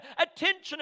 attention